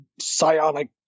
psionic